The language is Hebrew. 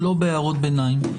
ולא בהערות ביניים.